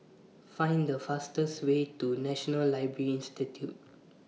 Find The fastest Way to National Library Institute